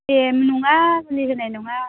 ए नङा मुलि होनाय नङा